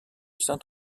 saint